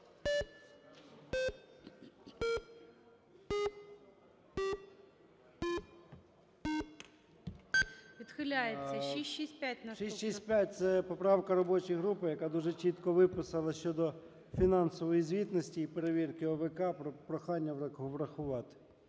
665 – це поправка робочої групи, яка дуже чітко виписана щодо фінансової звітності і перевірки ОВК. Прохання врахувати.